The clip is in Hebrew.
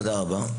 תודה רבה.